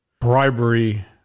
bribery